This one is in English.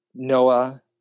Noah